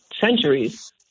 centuries